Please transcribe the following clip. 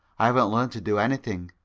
i haven't learnt to do anything,